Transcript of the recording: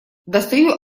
достаю